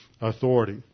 authority